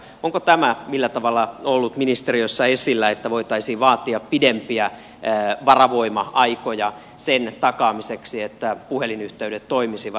onko tämä millä tavalla ollut ministeriössä esillä että voitaisiin vaatia pidempiä varavoima aikoja sen takaamiseksi että puhelinyhteydet toimisivat